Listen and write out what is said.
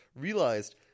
realized